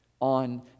on